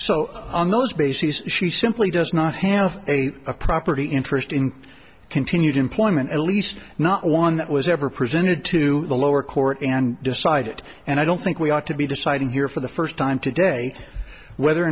so on those bases she simply does not have a property interest in continued employment at least not one that was ever presented to the lower court and decided and i don't think we ought to be deciding here for the first time today whether